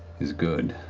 is good.